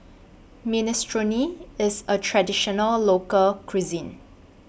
Minestrone IS A Traditional Local Cuisine